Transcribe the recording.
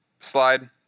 slide